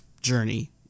journey